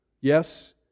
Yes